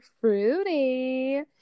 fruity